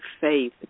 faith